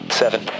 seven